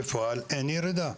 בפועל אין ירידה.